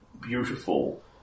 beautiful